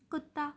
ਕੁੱਤਾ